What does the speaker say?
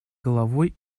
головой